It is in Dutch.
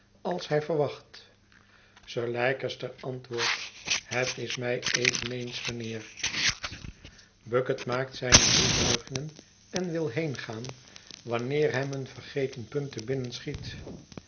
als hij verwacht sir leicester antwoordt het is mij eveneens wanneer bucket maakt zijne drie buigingen en wil heengaan wanneer hem een vergeten punt te binnen schiet